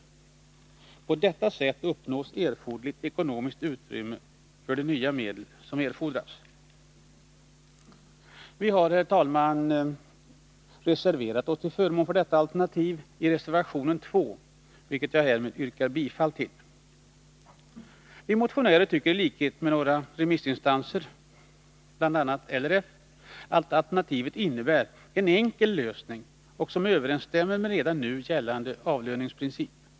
På detta sätt skapas ekonomiskt utrymme för de nya medel som erfordras. Vi har, herr talman, reserverat oss till förmån för detta alternativ i reservationen nr 2, vilken jag härmed yrkar bifall till. Vi motionärer tycker i likhet med några remissinstanser, bl.a. LRF, att alternativet innebär en enkel lösning, som överensstämmer med redan nu gällande avlöningsprinciper.